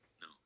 No